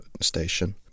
station